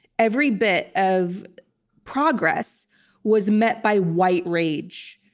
every bit of progress was met by white rage.